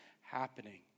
happening